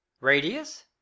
Radius